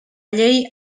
llei